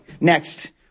next